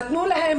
נתנו להן